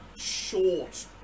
short